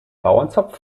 bauernzopf